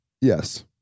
yes